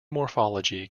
morphology